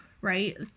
right